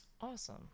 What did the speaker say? Awesome